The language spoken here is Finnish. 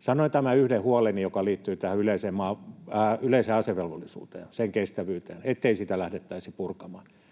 Sanoin tämän yhden huoleni, joka liittyy yleiseen asevelvollisuuteen, sen kestävyyteen ja siihen, ettei sitä lähdettäisi purkamaan.